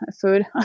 food